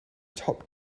top